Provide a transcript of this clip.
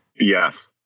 Yes